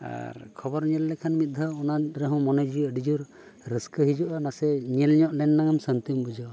ᱟᱨ ᱠᱷᱚᱵᱚᱨ ᱧᱮᱞ ᱞᱮᱠᱷᱟᱱ ᱢᱤᱫ ᱫᱷᱟᱹᱣ ᱚᱱᱟ ᱨᱮᱦᱚᱸ ᱢᱚᱱᱮ ᱡᱤᱣᱤ ᱟᱹᱰᱤ ᱡᱳᱨ ᱨᱟᱹᱥᱠᱟᱹ ᱦᱤᱡᱩᱜᱼᱟ ᱱᱟᱥᱮ ᱧᱮᱞ ᱧᱚᱜ ᱟᱱᱟᱜ ᱥᱟᱱᱛᱤᱢ ᱵᱩᱡᱷᱟᱹᱣᱟ